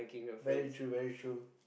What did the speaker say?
very true very true